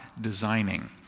designing